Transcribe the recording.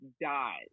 died